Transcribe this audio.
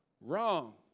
wrong